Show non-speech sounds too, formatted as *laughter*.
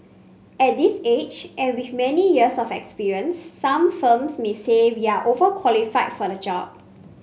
at this age and with many years of experience some firms may say *unintelligible* overqualified for the job